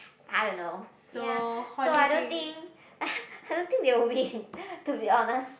I don't know ya so I don't think I don't think they will win to be honest